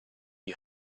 you